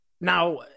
Now